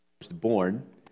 firstborn